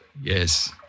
Yes